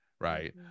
Right